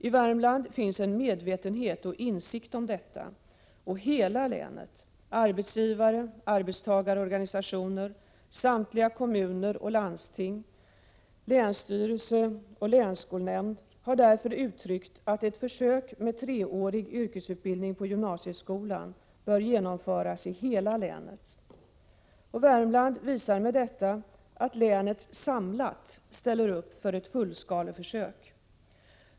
I Värmland finns en medvetenhet och en insikt om detta, och hela länet, arbetsgivare, arbetsgagarorganisationer, samtliga kommuner och landsting, länsstyrelse och länsskolnämnd på gymnasieskolan bör genomföras i hela länet. Värmland visar med detta att länet samlat ställer upp för ett fullskaleförsök.